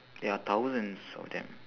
there are thousands of them